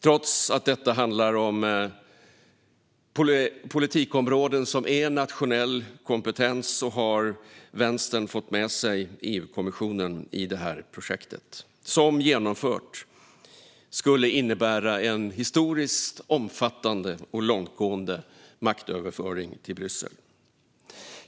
Trots att detta handlar om politikområden som är nationell kompetens har vänstern fått med sig EU-kommissionen i detta projekt, som genomfört skulle innebära en historiskt omfattande och långtgående maktöverföring till Bryssel.